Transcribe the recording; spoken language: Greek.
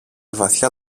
βαθιά